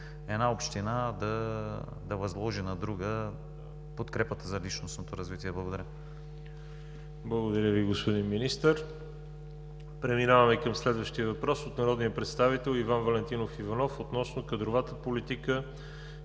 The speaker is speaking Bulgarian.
една община да възложи на друга подкрепата за личностното развитие. Благодаря. ПРЕДСЕДАТЕЛ ВАЛЕРИ ЖАБЛЯНОВ: Благодаря Ви, господин Министър. Преминаваме към следващия въпрос от народния представител Иван Валентинов Иванов относно кадровата политика